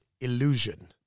illusion